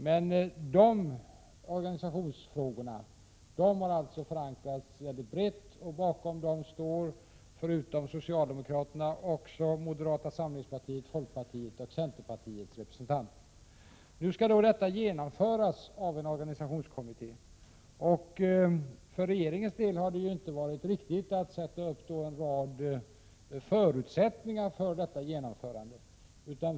Besluten i organisationsfrågorna har haft en bred förankring. Bakom dem står förutom socialdemokraterna också Nu skall det hela genomföras av en organisationskommitté. Där hade det inte varit riktigt om regeringen hade satt upp en rad förutsättningar för detta genomförande.